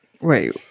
Wait